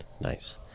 Nice